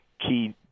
key